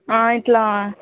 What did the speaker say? ఆ ఇలా